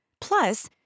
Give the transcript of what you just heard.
Plus